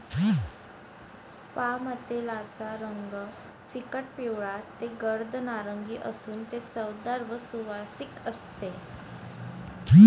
पामतेलाचा रंग फिकट पिवळा ते गर्द नारिंगी असून ते चवदार व सुवासिक असते